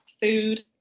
food